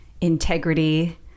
integrity